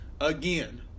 again